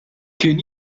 kien